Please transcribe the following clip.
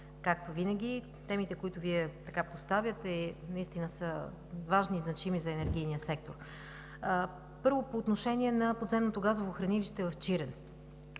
Както винаги темите, които Вие поставяте, наистина са важни и значими за енергийния сектор. Първо, по отношение на подземното газово хранилище в Чирен.